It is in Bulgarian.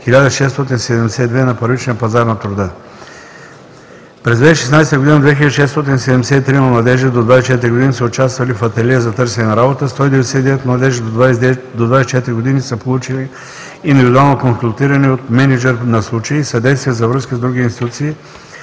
първичния пазар на труда. През 2016 г. 2 673 младежи до 24 години са участвали в Ателие за търсене на работа, 199 младежи до 24 години са получили индивидуално консултиране от мениджър на случай и съдействие за връзка с други институции